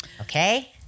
Okay